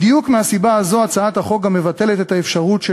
בדיוק מהסיבה הזאת הצעת החוק גם מבטלת את האפשרות של